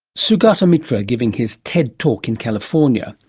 sugata mitra giving his ted talk in california.